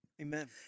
Amen